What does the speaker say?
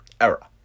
era